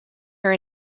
her